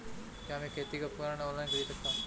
क्या मैं खेती के उपकरण ऑनलाइन खरीद सकता हूँ?